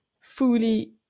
fully